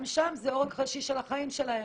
גם שם זה עורק ראשי של החיים שלהם.